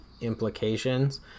implications